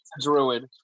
druid